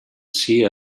see